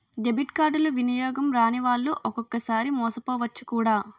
debit కార్డులు వినియోగం రానివాళ్లు ఒక్కొక్కసారి మోసపోవచ్చు కూడా